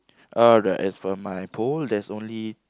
alright as for my pole there's only